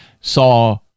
saw